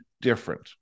different